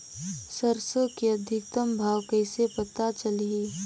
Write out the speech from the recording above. सरसो के अधिकतम भाव कइसे पता चलही?